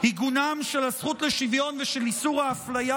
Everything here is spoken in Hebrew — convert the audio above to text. עיגונם של הזכות לשוויון ושל איסור האפליה